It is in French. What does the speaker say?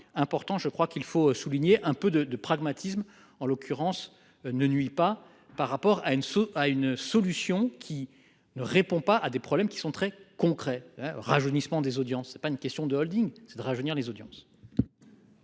important, je crois qu'il faut souligner un peu de de pragmatisme en l'occurrence ne nuit pas par rapport à une soupe à une solution qui ne répond pas à des problèmes qui sont très concrets. Rajeunissement des audiences, c'est pas une question de Holding c'est de rajeunir les audiences.